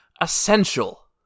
essential